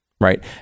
Right